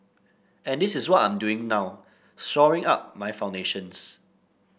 and this is what I'm doing now shoring up my foundations